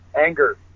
anger